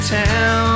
town